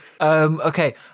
okay